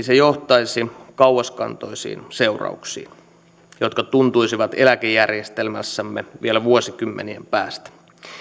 se johtaisi kauaskantoisiin seurauksiin jotka tuntuisivat eläkejärjestelmässämme vielä vuosikymmenien päästä